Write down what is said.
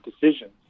decisions